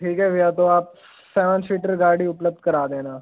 ठीक है भैया तो आप सेवन सीटर गाड़ी उपलब्ध करा देना